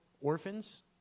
orphans